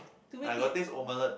I got taste omelette